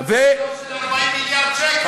אישרת גירעון של 40 מיליארד שקל,